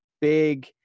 big